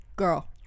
girl